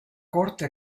corte